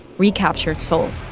recaptured seoul.